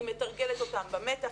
היא מתרגלת אותם במתח,